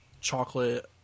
chocolate